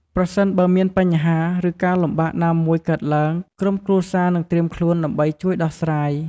ប្រសិនបើមានបញ្ហា ឬការលំបាកណាមួយកើតឡើង ក្រុមគ្រួសារនឹងត្រៀមខ្លួនដើម្បីជួយដោះស្រាយ។